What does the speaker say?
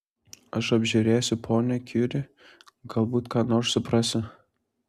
aš apžiūrėsiu ponią kiuri galbūt ką nors suprasiu